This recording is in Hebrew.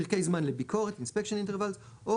פרקי זמן לביקורת (Inspection interval) או